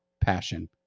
passion